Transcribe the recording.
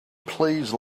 please